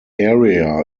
area